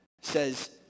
says